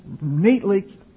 neatly